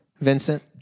Vincent